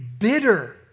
bitter